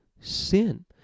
sin